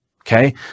Okay